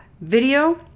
Video